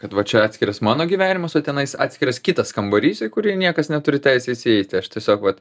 kad va čia atskiras mano gyvenimas o tenais atskiras kitas kambarys į kurį niekas neturi teisės įeiti aš tiesiog vat